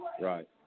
Right